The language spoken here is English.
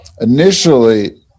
initially